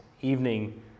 evening